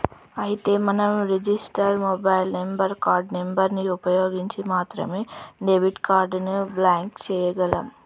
అయితే మనం register mobile number card number ని ఉపయోగించి మాత్రమే డెబిట్ కార్డు ని బ్లాక్ చేయగలం